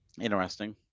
interesting